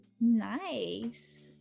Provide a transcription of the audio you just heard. nice